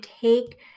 take